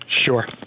Sure